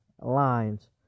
lines